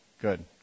Good